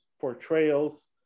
portrayals